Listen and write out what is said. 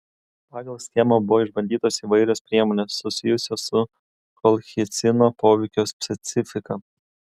pagal schemą buvo išbandytos įvairios priemonės susijusios su kolchicino poveikio specifika